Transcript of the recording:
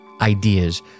ideas